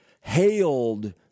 hailed